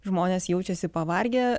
žmonės jaučiasi pavargę